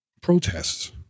protests